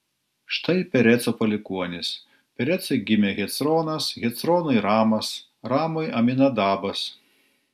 štai pereco palikuonys perecui gimė hecronas hecronui ramas ramui aminadabas